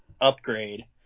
upgrade